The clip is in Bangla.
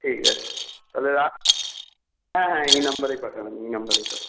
ঠিক আছে তাহলে রাখ হ্যাঁ হ্যাঁ এই নম্বরে পাঠাবেন এই নম্বরেই পাঠাবে